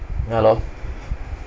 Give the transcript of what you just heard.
ya lor